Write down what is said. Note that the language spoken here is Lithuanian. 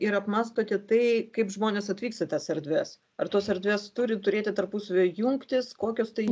ir apmąstote tai kaip žmonės atvyks į tas erdves ar tos erdvės turi turėti tarpusavio jungtis kokios tai